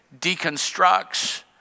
deconstructs